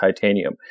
titanium